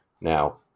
Now